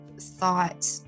thought